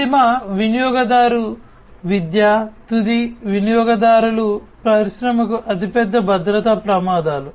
అంతిమ వినియోగదారు విద్య తుది వినియోగదారులు పరిశ్రమకు అతిపెద్ద భద్రతా ప్రమాదాలు